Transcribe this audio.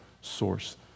source